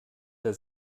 der